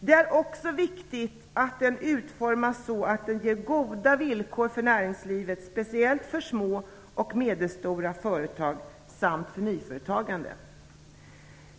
Det är också viktigt att den utformas så att den ger goda villkor för näringslivet speciellt för små och medelstora företag samt för nyföretagande.